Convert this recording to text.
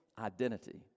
identity